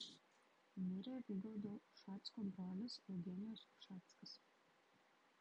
mirė vygaudo ušacko brolis eugenijus ušackas